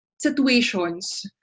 situations